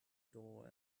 door